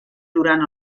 durant